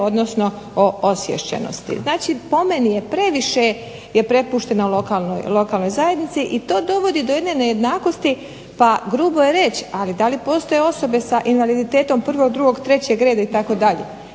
odnosno o osviještenosti. Znači po meni je previše prepušteno lokalnoj zajednici i to dovodi do jedne nejednakosti pa grubo je reći, ali da li postoje osobe sa invaliditetom prvog, drugog, trećeg reda itd.